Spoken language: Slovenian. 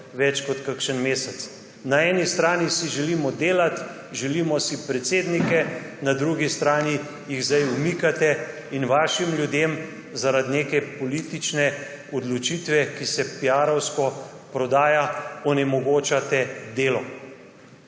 več kot kakšen mesec. Na eni strani si želimo delati, želimo si predsednike, na drugi strani jih zdaj umikate in svojim ljudem zaradi neke politične odločitve, ki se piarovsko prodaja, onemogočate delo.